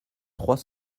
trois